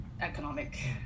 economic